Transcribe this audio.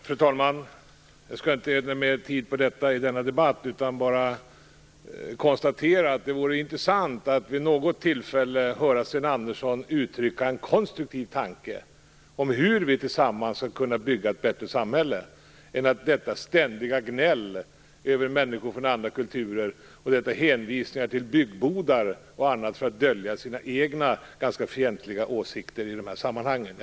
Fru talman! Jag skall inte ägna mer tid åt denna debatt. Jag vill bara konstatera att det vore intressant att vid något tillfälle höra Sten Andersson uttrycka en konstruktiv tanke om hur vi tillsammans skall kunna bygga ett bättre samhälle i stället för detta ständiga gnäll över människor från andra kulturer och dessa hänvisningar till byggbodar och annat för att dölja sina egna ganska fientliga åsikter i de här sammanhangen.